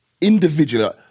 Individual